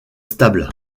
stable